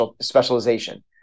specialization